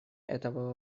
этого